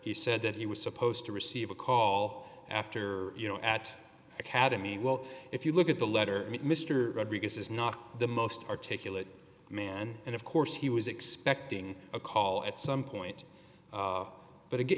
he said that he was supposed to receive a call after you know at academy well if you look at the letter mr rodriguez is not the most articulate man and of course he was expecting a call at some point but